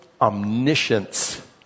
omniscience